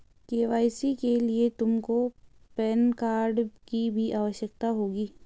KYC के लिए तुमको पैन कार्ड की भी आवश्यकता होगी